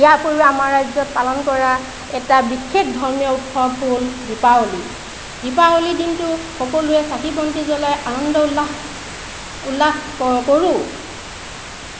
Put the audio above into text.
ইয়াৰ উপৰিও আমাৰ ৰাজ্যত পালন কৰা এটা বিশেষ ধৰ্মীয় উৎসৱ হ'ল দীপাৱলী দীপাৱলী দিনটো সকলোৱে চাকি বন্তি জ্বলাই আনন্দ উল্লাস উল্লাস কৰোঁ